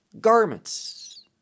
garments